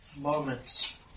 Moments